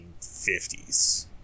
1950s